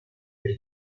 per